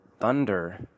thunder